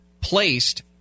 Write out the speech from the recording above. placed